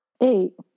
Eight